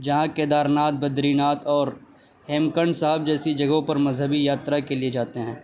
جہاں Kedarnath Badrinath اور Hemkund Sahib جیسی جگہوں پر مذہبی یاترا کے لیے جاتے ہیں